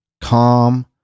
calm